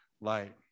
light